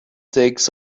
takes